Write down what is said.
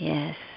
Yes